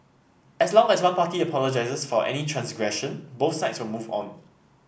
as long as one party apologises for any transgression both sides will move on